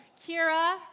Kira